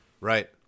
Right